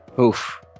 oof